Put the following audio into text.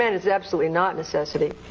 and it's absolutely not necessity.